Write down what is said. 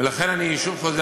ולכן אני שוב חוזר,